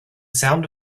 sound